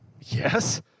Yes